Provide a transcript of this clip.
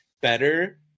better